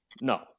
No